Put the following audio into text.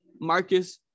Marcus